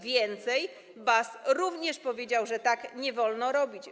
Więcej, BAS również powiedział, że tak nie wolno robić.